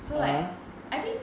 so like I think